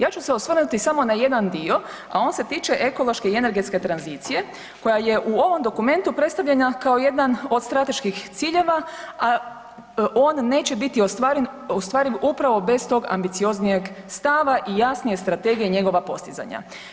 Ja ću se osvrnuti samo na jedan dio, a on se tiče ekološke i energetske tranzicije koja je u ovom dokumentu predstavljena kao jedan od strateških ciljeva, a on neće biti ostvariv upravo bez tog ambicioznijeg stava i jasnije strategije njegova postizanja.